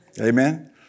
Amen